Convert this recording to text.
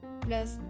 Plus